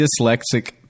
dyslexic